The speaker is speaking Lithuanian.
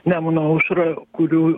nemuno aušra kurių